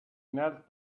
knelt